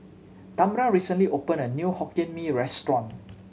Tamra recently opened a new Hokkien Mee restaurant